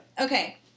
Okay